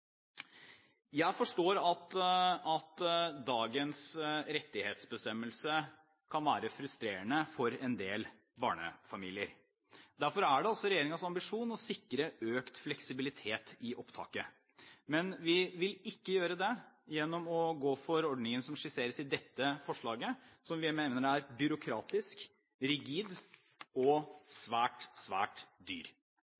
Jeg forstår at dagens rettighetsbestemmelse kan være frustrerende for en del barnefamilier. Derfor er det regjeringens ambisjon å sikre økt fleksibilitet i opptaket, men vi vil ikke gjøre det gjennom å gå inn for ordningen som skisseres i dette forslaget, som vi mener er byråkratisk, rigid og